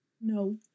No